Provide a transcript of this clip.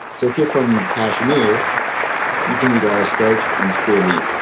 so if you're from kashmir you can eat a lot of starch and stay lean.